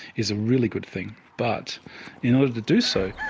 is a really good thing. but in order to do so,